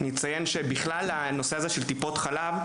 אציין שהנושא הזה של טיפות חלב,